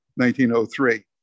1903